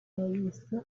yayise